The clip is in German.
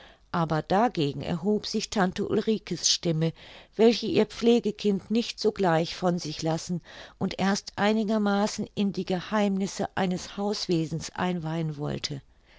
aber dagegen erhob sich tante ulrike's stimme welche ihr pflegekind nicht sogleich von sich lassen und erst einigermaßen in die geheimnisse eines hauswesens einweihen wollte